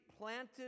planted